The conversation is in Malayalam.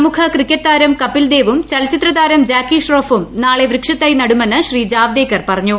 പ്രമുഖ ക്രിക്കറ്റ് താരം കപിൽദേവും ചലച്ചിത്ര താരം ജാക്കി ഷ്രോഫും നാളെ വൃക്ഷത്തൈ നടുമെന്ന് ശ്രീ ജാവ്ദേക്കർ പറഞ്ഞു